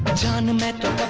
the mental